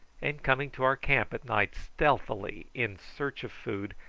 and coming to our camp at night stealthily in search of food,